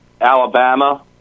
Alabama